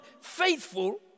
faithful